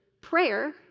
prayer